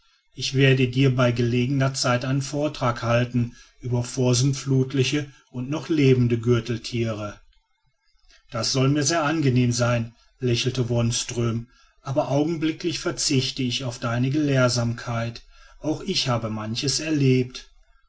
ich werde dir bei gelegener zeit einen vortrag halten über vorsintflutliche und noch lebende gürteltiere das soll mir sehr angenehm sein lächelte wonström aber augenblicklich verzichte ich auf deine gelehrsamkeit auch ich habe manches erlebt